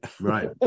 right